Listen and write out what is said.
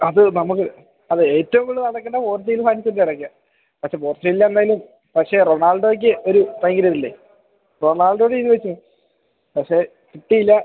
അത് നമുക്ക് അത് ഏറ്റവും കൂടുതൽ നാണംകെട്ടത് പോർച്ചുഗൽ ഫാൻസിൻ്റെടയ്ക്കാ പക്ഷേ പോർച്ചുഗലിൽ എന്നാലും പക്ഷേ റൊണാൾഡോയ്ക്ക് ഒരു ഭയങ്കര ഇതില്ലേ റൊണാൾഡോടെ ഇത് വെച്ച് പക്ഷേ കിട്ടിയില്ല